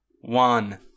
one